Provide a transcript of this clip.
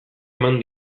eman